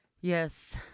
Yes